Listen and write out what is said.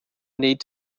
need